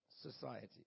society